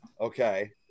Okay